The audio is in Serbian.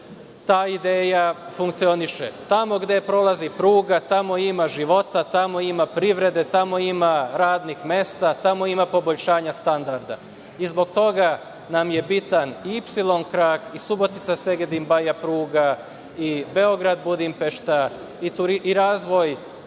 ta ideja funkcioniše. Tamo gde prolazi pruga tamo ima života, tamo ima privrede, tamo ima radnih mesta, tamo ima poboljšanja standarda. Zbog toga nam je bitan i „ipsilon-krak“ i Subotica-Segedin-Baja pruga i Beograd-Budimpešta i razvoj